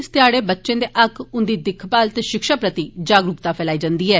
इस ध्याड़े बच्चें दे हक्क उन्दी दिक्ख भाल ते शिक्षा प्रति जागरूकता फैलाई जन्दी ऐ